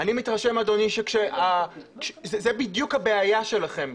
אני מתרשם שזו בדיוק הבעיה שלכם,